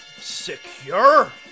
secure